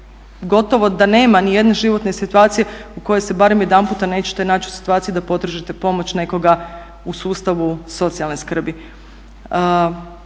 gotovo da nema nijedne životne situacije u kojoj se barem jedanputa nećete naći u situaciji da potražite pomoć nekoga u sustavu socijalne skrbi.